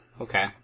Okay